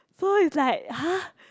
so is like !huh!